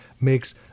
makes